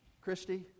Christy